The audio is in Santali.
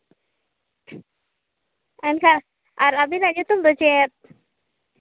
ᱮᱱᱠᱷᱟᱡ ᱟᱹᱵᱤᱱᱟᱜ ᱧᱩᱛᱩᱢ ᱫᱚ ᱪᱮᱫ